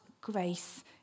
grace